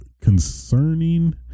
concerning